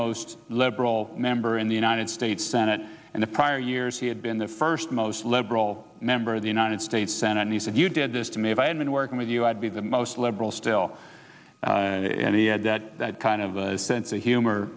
most liberal member in the united states senate and the prior years he had been the first most liberal member of the united states senate he said you did this to me if i had been working with you i'd be the most liberal still and he had that kind of a sense of humor